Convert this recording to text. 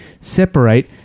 separate